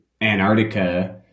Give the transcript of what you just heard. Antarctica